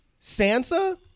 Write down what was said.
Sansa